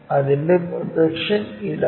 അതിന്റെ പ്രൊജക്ഷൻ ഇതാണ്